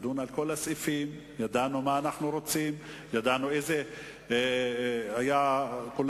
יותר מתשתית, לבניית כור